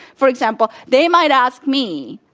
for example. they might ask me,